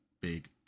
big